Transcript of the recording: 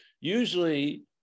usually